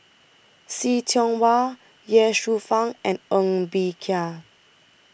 See Tiong Wah Ye Shufang and Ng Bee Kia